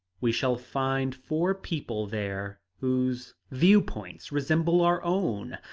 we shall find four people there whose view-points resemble our own.